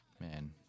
Man